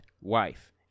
wife